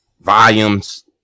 volumes